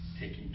taking